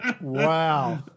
wow